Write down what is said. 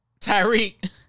Tyreek